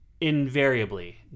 invariably